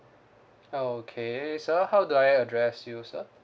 okay sir how do I address you sir